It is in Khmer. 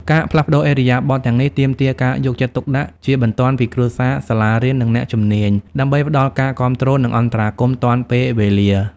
ការផ្លាស់ប្តូរឥរិយាបថទាំងនេះទាមទារការយកចិត្តទុកដាក់ជាបន្ទាន់ពីគ្រួសារ សាលារៀន និងអ្នកជំនាញ ដើម្បីផ្តល់ការគាំទ្រ និងអន្តរាគមន៍ទាន់ពេលវេលា។